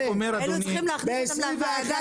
לא צריך להסביר את זה.